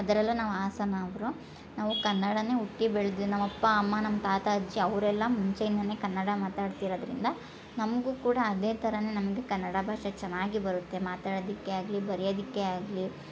ಅದರಲ್ಲೂ ನಾವು ಹಾಸನ ಅವರು ನಾವು ಕನ್ನಡನೆ ಹುಟ್ಟಿ ಬೆಳ್ದು ನಮ್ಮ ಅಪ್ಪ ಅಮ್ಮ ನಮ್ಮ ತಾತ ಅಜ್ಜಿ ಅವರೆಲ್ಲ ಮುಂಚೆಯಿಂದಲೇ ಕನ್ನಡ ಮಾತಾಡ್ತಿರೋದ್ರಿಂದ ನಮಗೂ ಕೂಡ ಅದೇ ಥರವೇ ನಮ್ಗೆ ಕನ್ನಡ ಭಾಷೆ ಚೆನ್ನಾಗಿ ಬರುತ್ತೆ ಮಾತಾಡೊದಿಕ್ಕೆ ಆಗಲಿ ಬರೆಯೋದಿಕ್ಕೆ ಆಗಲಿ